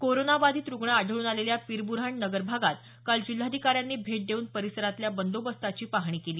corona बाधित रुग्ण आढळून आलेल्या पिरबुऱ्हान नगर भागात काल जिल्हाधिकाऱ्यांनी भेट देऊन परिसरातल्या बंदोबस्ताची पाहणी केली